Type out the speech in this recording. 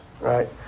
Right